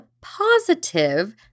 positive